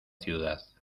ciudad